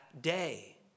day